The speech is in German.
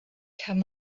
kann